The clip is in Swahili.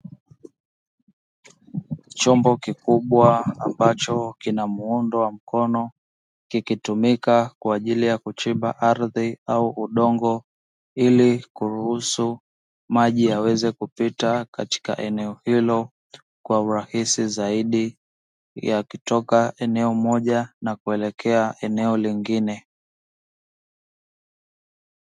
Chombo kikubwa ambapo kina mundo wa mkono, kikitumika kwa ajili ya kuchimba ardhi au udongo ili kuruhusu maji yaweze kupita katika eneo hilo kwa urahisi zaidi ya kutoka eneo moja na kuelekea eneo lingine.